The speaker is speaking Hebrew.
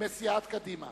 מסיעת קדימה.